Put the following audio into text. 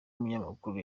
munyamakuru